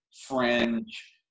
fringe